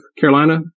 Carolina